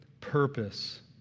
purpose